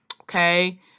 Okay